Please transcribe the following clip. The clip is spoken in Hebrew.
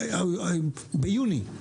ביוני.